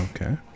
Okay